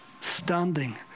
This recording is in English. standing